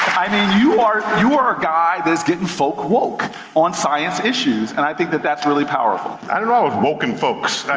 i mean, you are you are a guy that is getting folk woke on science issues, and i think that that's really powerful. i don't know, if woke and folks.